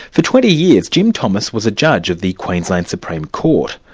for twenty years, jim thomas was a judge at the queensland supreme court.